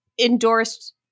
endorsed